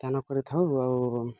ଦାନ କରିଥାଉ ଆଉ